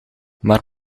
maar